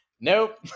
Nope